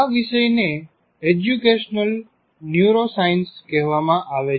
આ વિષયને educational neuroscience કહેવામાં આવે છે